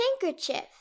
handkerchief